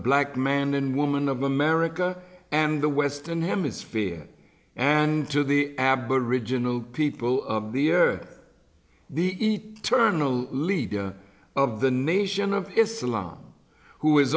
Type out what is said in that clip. black man and woman of america and the western hemisphere and to the aboriginal people of the earth the eternal leader of the nation of islam who is